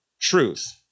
truth